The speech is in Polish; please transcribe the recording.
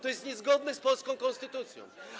To jest niezgodne z polską konstytucją.